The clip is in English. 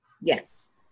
yes